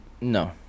No